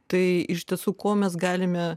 tai iš tiesų ko mes galime